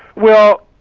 well